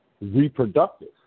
reproductive